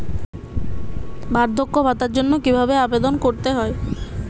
বার্ধক্য ভাতার জন্য কিভাবে আবেদন করতে হয়?